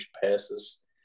passes